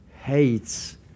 hates